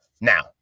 Now